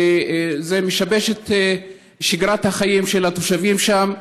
וזה משבש את שגרת החיים של התושבים שם.